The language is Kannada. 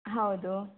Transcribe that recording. ಹೌದೂ